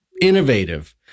innovative